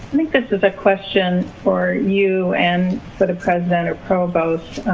think this is a question for you and for the president or provost.